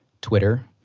Twitter